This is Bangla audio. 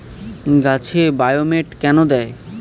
গাছে বায়োমেট কেন দেয়?